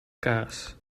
kaas